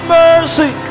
mercy